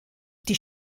die